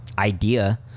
idea